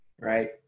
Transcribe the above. right